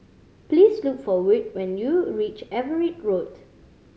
please look for Wirt when you reach Everitt Road